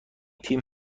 تیم